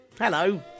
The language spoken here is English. hello